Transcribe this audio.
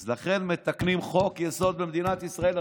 אז לכן מתקנים חוק-יסוד במדינת ישראל,